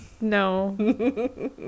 No